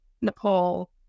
nepal